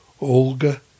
Olga